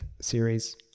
series